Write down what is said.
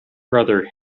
brother